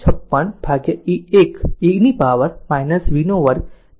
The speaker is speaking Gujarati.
56 1 e પાવર v વર્ગ તેને b વર્ગ કહે છે